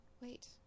Wait